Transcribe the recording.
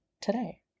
today